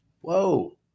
Whoa